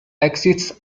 exits